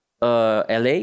LA